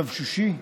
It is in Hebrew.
יבשושי,